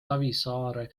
savisaare